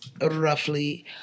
roughly